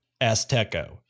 Azteco